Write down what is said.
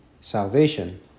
Salvation